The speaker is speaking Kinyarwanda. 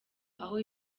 aho